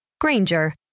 Granger